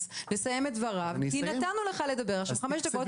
לסיים את דבריו כי נתנו לך לדבר עכשיו חמש דקות.